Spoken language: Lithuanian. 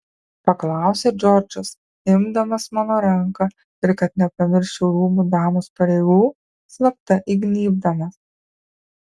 paklausė džordžas imdamas mano ranką ir kad nepamirščiau rūmų damos pareigų slapta įgnybdamas